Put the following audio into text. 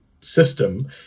system